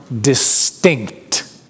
distinct